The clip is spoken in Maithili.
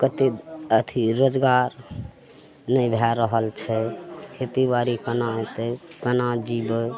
कतेक अथी रोजगार नहि भै रहल छै खेती बाड़ी कोना हेतै कोना जिबै